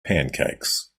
pancakes